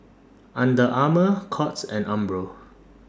Under Armour Courts and Umbro